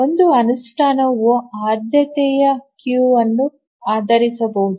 ಒಂದು ಅನುಷ್ಠಾನವು ಆದ್ಯತೆಯ ಕ್ಯೂ ಅನ್ನು ಆಧರಿಸಿರಬಹುದು